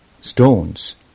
stones